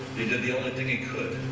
he did the only thing he could,